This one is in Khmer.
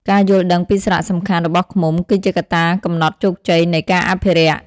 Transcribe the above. ការយល់ដឹងពីសារៈសំខាន់របស់ឃ្មុំគឺជាកត្តាកំណត់ជោគជ័យនៃការអភិរក្ស។